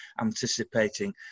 anticipating